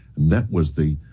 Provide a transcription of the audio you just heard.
that was the